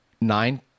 Nine